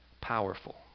powerful